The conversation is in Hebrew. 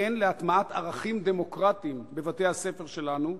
כן להטמעת ערכים דמוקרטיים בבתי-הספר שלנו,